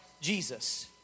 Jesus